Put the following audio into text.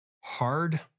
hard